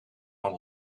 van